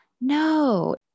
No